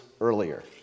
earlier